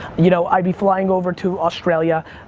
you know i'd be flying over to australia,